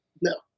No